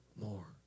more